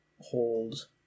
hold